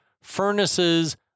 Furnaces